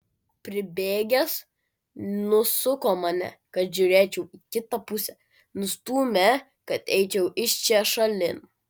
pribėgęs nusuko mane kad žiūrėčiau į kitą pusę nustūmė kad eičiau iš čia šalin